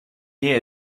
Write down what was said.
near